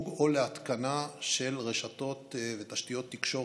או להתקנה של רשתות ותשתיות תקשורת,